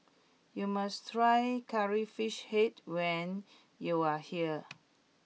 you must try Curry Fish Head when you are here